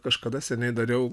kažkada seniai dariau